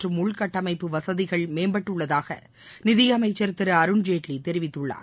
மற்றம் உள்கட்டமைப்பு வசதிகள் மேம்பட்டுள்ளதாக நிதியமைச்சர் திரு அருண்ஜேட்லி தெரிவித்துள்ளார்